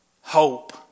hope